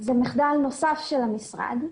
זה מחדל נוסף של המשרד.